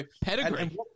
Pedigree